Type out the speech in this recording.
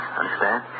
understand